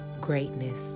greatness